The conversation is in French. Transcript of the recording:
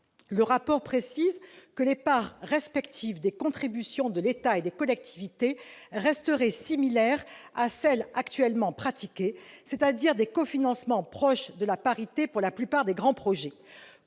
le rapport précise que les parts respectives des contributions de l'État et des collectivités resteraient similaires à celles actuellement pratiquées, c'est-à-dire des cofinancements proches de la parité pour la plupart des grands projets.